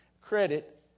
credit